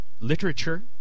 literature